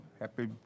Happy